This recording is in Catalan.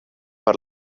per